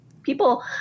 People